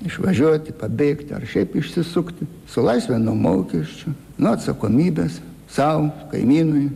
išvažiuoti pabėgti ar šiaip išsisukti su laisve nuo mokesčių nuo atsakomybės sau kaimynui